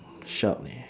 sharp eh